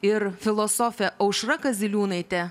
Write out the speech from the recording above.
ir filosofė aušra kaziliūnaitė